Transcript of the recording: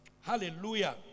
Hallelujah